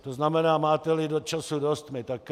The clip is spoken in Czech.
To znamená, máteli času dost, my také.